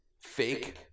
fake